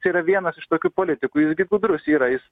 tai yra vienas iš tokių politikų jis gi gudrus yra jis